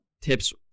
tips